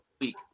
week